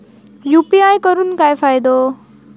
UPI करून काय फायदो?